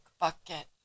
bucket